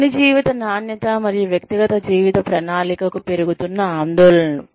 పని జీవిత నాణ్యత మరియు వ్యక్తిగత జీవిత ప్రణాళిక కు పెరుగుతున్న ఆందోళనలు